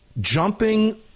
jumping